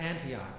Antioch